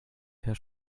herr